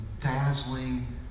dazzling